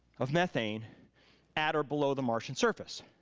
of methane at or below the martian surface.